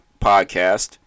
Podcast